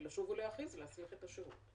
ולשוב ולהכריז להסמיך את השירות.